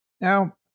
now